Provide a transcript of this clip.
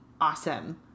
awesome